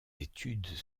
études